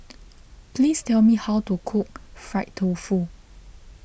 please tell me how to cook Fried Tofu